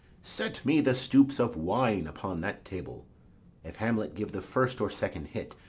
set me the stoups of wine upon that table if hamlet give the first or second hit,